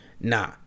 Nah